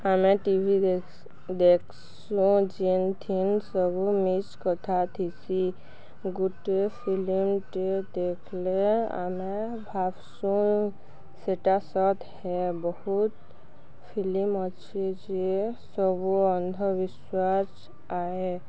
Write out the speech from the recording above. ଆମେ ଟିଭି ଦେଖ୍ସୁଁ ଯେନ୍ଥିନ୍ ସବୁ ମିଶ୍ କଥା ଥିସି ଗୁଟେ ଫିଲିମ୍ଟେ ଦେଖ୍ଲେ ଆମେ ଭାବ୍ସୁଁ ସେଟା ସତ୍ ହେ ବହୁତ ଫିଲିମ୍ ଅଛି ଯେ ସବୁ ଅନ୍ଧବିଶ୍ୱାସ୍ ଆହେ